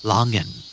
Longen